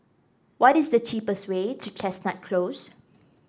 what is the cheapest way to Chestnut Close